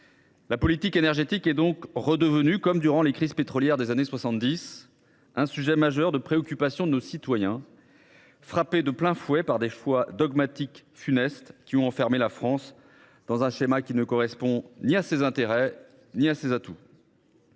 La politique énergétique est donc redevenue, comme durant les crises pétrolières des années 1970, un sujet majeur de préoccupation de nos concitoyens, frappés de plein fouet par des choix dogmatiques funestes qui ont enfermé la France dans un schéma qui ne correspond ni à ses intérêts ni à ses atouts.